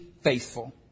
faithful